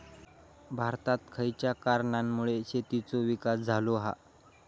भारतात खयच्या कारणांमुळे शेतीचो विकास झालो हा?